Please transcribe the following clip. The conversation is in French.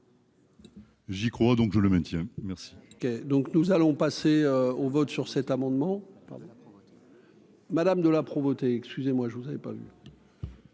J'y crois, donc je le maintiens, merci. Qui donc nous allons passer au vote sur cet amendement. Madame de la Provoté excusez-moi je vous savez pas.